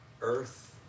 earth